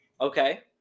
Okay